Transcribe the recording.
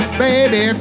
baby